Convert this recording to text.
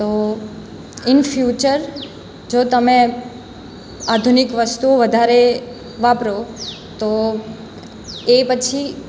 તો in future જો તમે આધુનિક વસ્તુઓ વધારે વાપરો તો એ પછી